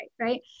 right